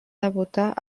debutar